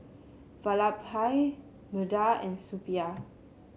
Vallabhbhai Medha and Suppiah